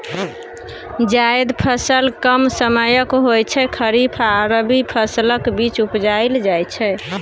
जाएद फसल कम समयक होइ छै खरीफ आ रबी फसलक बीच उपजाएल जाइ छै